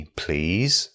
please